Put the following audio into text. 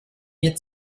mir